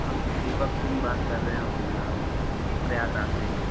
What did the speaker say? हम दीपक सिंह बात कर रहे हैं वकील साहब प्रयागराज से